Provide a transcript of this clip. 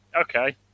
Okay